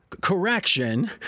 correction